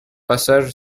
passage